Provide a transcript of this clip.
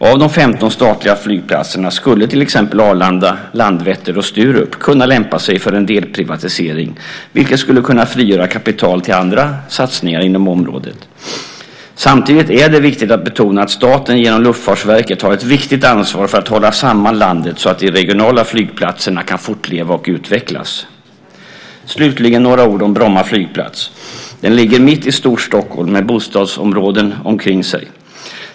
Av de 15 statliga flygplatserna skulle till exempel Arlanda, Landvetter och Sturup kunna lämpa sig för en delprivatisering, vilket skulle kunna frigöra kapital till andra satsningar inom området. Samtidigt är det viktigt att betona att staten genom Luftfartsverket har ett viktigt ansvar för att hålla samman landet så att de regionala flygplatserna kan fortleva och utvecklas. Slutligen ska jag säga några ord om Bromma flygplats, som ligger mitt i Storstockholm med bostadsområden runtomkring.